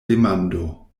demando